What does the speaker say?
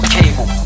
cable